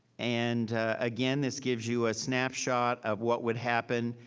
and again, this gives you a snapshot of what would happen.